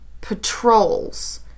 patrols